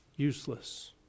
Useless